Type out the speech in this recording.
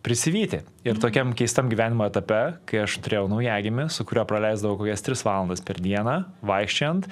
prisivyti ir tokiam keistam gyvenimo etape kai aš turėjau naujagimį su kuriuo praleisdavau kokias tris valandas per dieną vaikščiojant